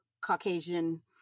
Caucasian